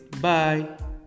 Bye